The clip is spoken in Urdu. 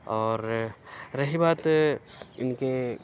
اور رہی بات ان کے